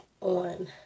on